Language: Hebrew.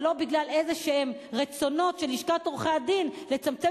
ולא בגלל איזה רצונות של לשכת עורכי-הדין לצמצם